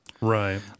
right